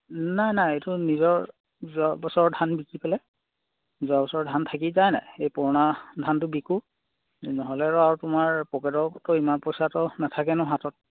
নাই নাই এইটো নিজৰ যোৱা বছৰৰ ধান বিকি পেলাই যোৱা বছৰৰ ধান থাকি যায় নাই সেই পুৰণা ধানটো বিকোঁ নহ'লেনো আৰু তোমাৰ পকেটৰ ইমান পইচাটো আৰু নাথাকে ন হাতত